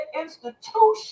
institution